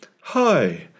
Hi